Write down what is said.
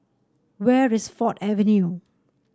where is Ford Avenue